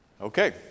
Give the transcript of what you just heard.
Okay